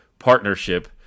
partnership